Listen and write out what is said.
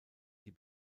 die